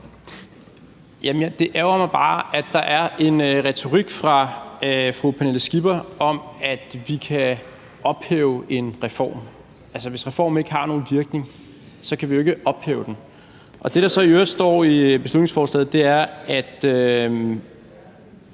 det ærgrer mig bare, at der er en retorik fra fru Pernille Skippers side om, at vi kan ophæve en reform. Altså, hvis reformen ikke har nogen virkning, kan vi jo ikke ophæve den. Det, der så i øvrigt står i beslutningsforslaget, er, at